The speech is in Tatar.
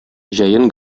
җәен